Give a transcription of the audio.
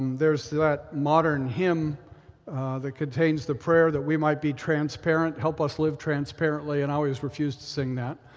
there's that modern hymn that contains the prayer that we might be transparent. help us live transparently. and i always refuse to sing that.